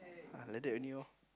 ah like that only lor